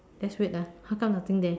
that's weird ah how come nothing there